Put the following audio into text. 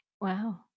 Wow